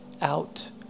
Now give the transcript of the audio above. out